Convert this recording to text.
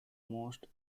most